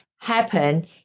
happen